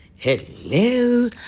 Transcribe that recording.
hello